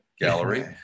gallery